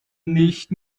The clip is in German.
nicht